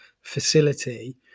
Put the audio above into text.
facility